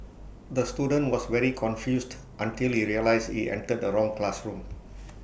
the student was very confused until he realised he entered the wrong classroom